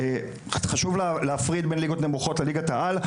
חשוב להפריד בין ליגות נמוכות לליגת העל.